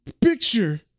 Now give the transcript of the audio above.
picture